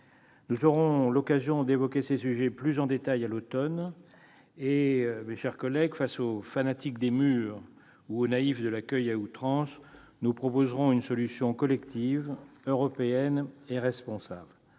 Nous aurons l'occasion d'évoquer ces sujets plus en détail à l'automne. Mes chers collègues, face aux fanatiques des murs ou aux naïfs de l'accueil à outrance, nous proposerons une solution collective, européenne et responsable,